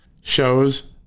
shows